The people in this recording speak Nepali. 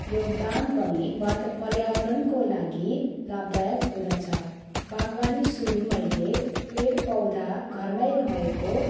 योगदान पनि वाता पर्यावरणको लागि लाभदायक हुँदछ बागवानी सुरु मैले पेड पौधा घरमै भएको